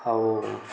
ଆଉ